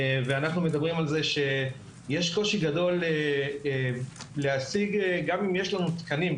אנחנו מדברים על זה שיש קושי גדול להשיג גם אם יש לנו תקנים,